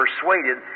persuaded